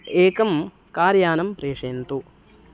एकं कार्यानं प्रेषयन्तु